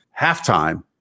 halftime